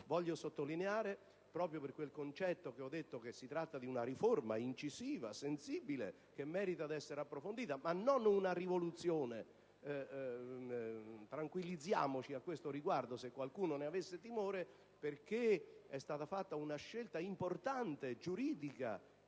Voglio sottolineare, proprio per quel concetto che ho espresso, che si tratta di una riforma incisiva e sensibile, che merita di essere approfondita, ma non di una rivoluzione (tranquillizziamoci a questo riguardo, se qualcuno ne avesse timore), perché è stata fatta una scelta importante, giuridica